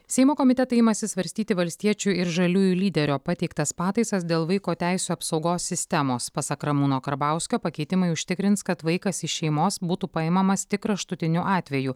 seimo komitetai imasi svarstyti valstiečių ir žaliųjų lyderio pateiktas pataisas dėl vaiko teisių apsaugos sistemos pasak ramūno karbauskio pakeitimai užtikrins kad vaikas iš šeimos būtų paimamas tik kraštutiniu atveju